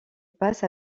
passe